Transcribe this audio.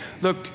look